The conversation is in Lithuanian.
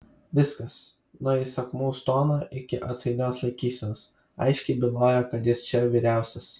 viskas nuo įsakmaus tono iki atsainios laikysenos aiškiai bylojo kad jis čia vyriausias